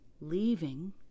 leaving